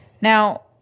Now